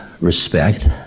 respect